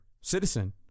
citizen